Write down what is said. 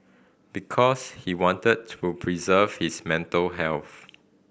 because he wanted to preserve his mental health